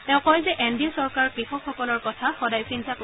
তেওঁ কয় যে এন ডি এ চৰকাৰ কৃষকসকলৰ কথা সদায়েই চিন্তা কৰে